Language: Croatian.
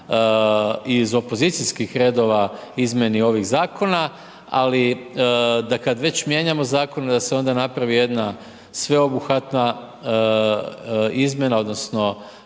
iz opozicijskih redova izmjeni ovih zakona ali da kad već mijenjamo zakone da se onda napravi jedna sveobuhvatna izmjena, odnosno